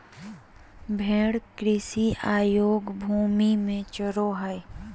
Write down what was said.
भेड़ कृषि अयोग्य भूमि में चरो हइ